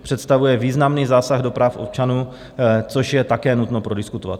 Představuje významný zásah do práv občanů, což je také nutno prodiskutovat.